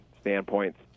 standpoints